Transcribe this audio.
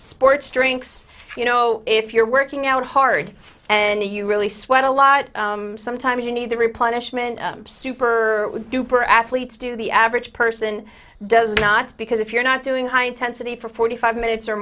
sports drinks you know if you're working out hard and you really sweat a lot sometimes you need to replenish meant super duper athletes do the average person does not because if you're not doing high intensity for forty five minutes or